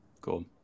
cool